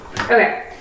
Okay